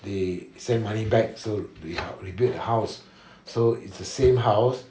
they send money back so we help rebuild house so it's the same house